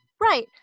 Right